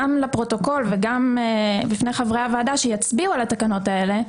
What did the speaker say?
גם לפרוטוקול וגם בפני חברי הוועדה שיצביעו על התקנות האלה,